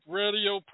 radio